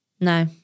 No